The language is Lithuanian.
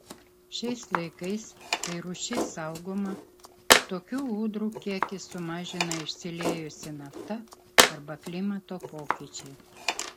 šiais laikais kai rūšis saugoma tokių ūdrų kiekį sumažina išsiliejusi nafta arba klimato pokyčiai